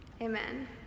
amen